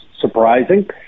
surprising